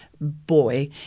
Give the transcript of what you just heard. boy